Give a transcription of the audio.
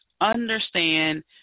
understand